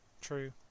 True